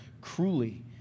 cruelly